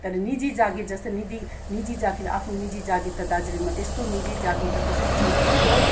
तर निजी जागिर जस्तो निदी निजी जागिर आफ्नो निजी जागिर त दार्जिलिङमा त्यस्तो निजी जागिर त कसैको छैन त्यही हो